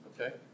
Okay